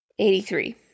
83